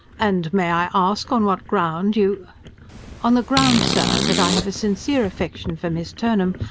and may i ask on what ground you on the ground, sir, that i have a sincere affection for miss turnham,